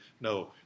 No